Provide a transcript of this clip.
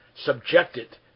subjected